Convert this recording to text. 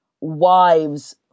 wives